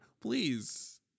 Please